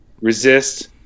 resist